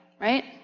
right